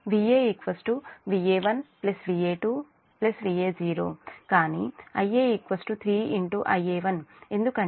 కానీ Ia 3Ia1 ఎందుకంటే Ia1 Ia2 Ia0 Ia3